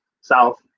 south